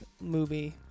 movie